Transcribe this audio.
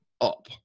up